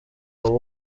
our